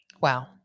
Wow